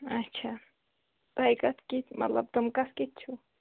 اچھا تۅہہِ کتھ کِتھۍ مطلب تِم کتھ کِتھۍ چھِو